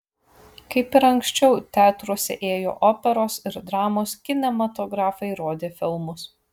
kaip ir anksčiau teatruose ėjo operos ir dramos kinematografai rodė filmus